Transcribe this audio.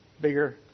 bigger